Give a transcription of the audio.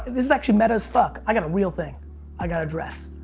this is actually meta as fuck. i gotta real thing i gotta address.